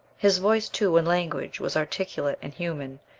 his voice too and language was articulate and human,